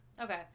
Okay